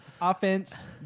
Offense